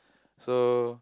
so